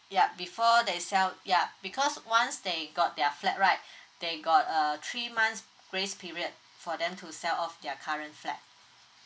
yup before they sell ya because once they got their flat right they got uh three months grace period for them to sell off their current flat